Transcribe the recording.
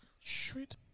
Sweet